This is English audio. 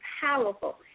powerful